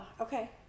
okay